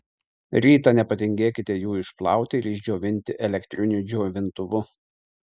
rytą nepatingėkite jų išplauti ir išdžiovinti elektriniu džiovintuvu